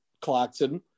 Clarkson